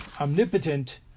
omnipotent